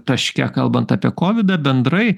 taške kalbant apie kovidą bendrai